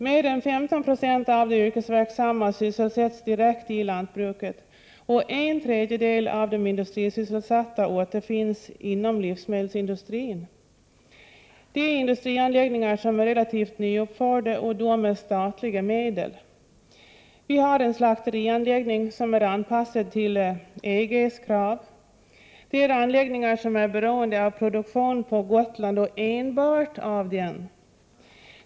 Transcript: Mer än 15 90 av de yrkesverksamma på Gotland sysselsätts direkt i lantbruket och en tredjedel av de industrisysselsatta återfinns inom livsmedelsindustrin. Det finns industrianläggningar som är relativt nyuppförda och då med statliga medel. Vi har en slakterianläggning som är anpassad till EG:s krav. Dessa anläggningar är beroende av produktionen på Gotland — och enbart av den.